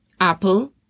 Apple